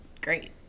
great